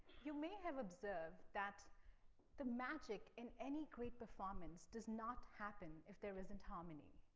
you may have observed that the magic in any great performance does not happen if there isn't harmony.